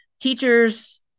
Teachers